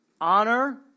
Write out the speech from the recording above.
Honor